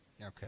Okay